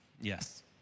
Yes